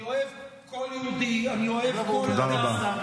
אני אוהב כל יהודי, אני אוהב כל אדם.